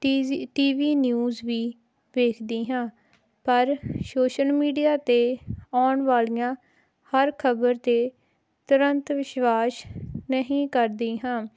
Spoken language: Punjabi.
ਟੀਜ਼ੀ ਟੀ ਵੀ ਨਿਊਜ਼ ਵੀ ਵੇਖਦੀ ਹਾਂ ਪਰ ਸ਼ੋਸ਼ਲ ਮੀਡੀਆ 'ਤੇ ਆਉਣ ਵਾਲੀਆਂ ਹਰ ਖ਼ਬਰ 'ਤੇ ਤੁਰੰਤ ਵਿਸ਼ਵਾਸ ਨਹੀਂ ਕਰਦੀ ਹਾਂ